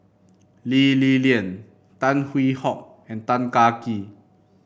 Lee Li Lian Tan Hwee Hock and Tan Kah Kee